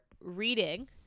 reading